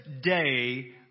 day